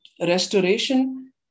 Restoration